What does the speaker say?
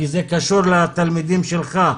כי זה קשור לתלמידים שלך,